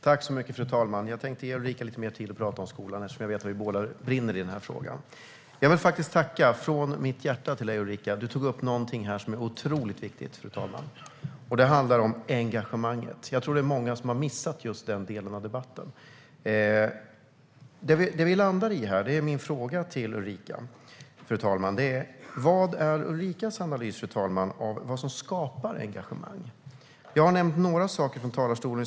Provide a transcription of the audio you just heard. Fru talman! Jag tänkte ge Ulrika Carlsson lite mer tid att tala om skolan eftersom jag vet att vi båda brinner för denna fråga. Jag vill tacka dig, från mitt hjärta, Ulrika Carlsson. Du tog upp någonting som är otroligt viktigt, och det handlar om engagemanget. Jag tror att många har missat just den delen av debatten. Min fråga till Ulrika är: Vad är din analys av vad som skapar engagemang? Jag har nämnt några saker från talarstolen.